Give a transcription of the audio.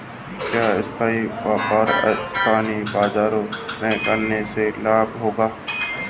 क्या सब्ज़ियों का व्यापार स्थानीय बाज़ारों में करने से लाभ होगा?